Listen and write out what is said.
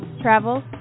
travel